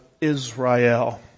Israel